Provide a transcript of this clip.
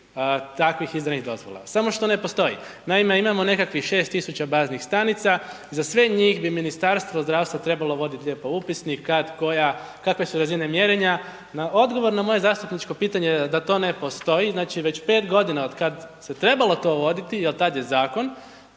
takvih izdanih dozvola, samo što ne postoji. Naime, imamo nekakvih 6 tisuća baznih stanica, za sve njih bi Ministarstvo zdravstva trebalo voditi lijepo upisnik, kad koja, kakve su razine mjerenja. Odgovor na moje zastupničko pitanje da to ne postoji, znači već 5 godina od kad se trebalo to voditi jer tad je zakon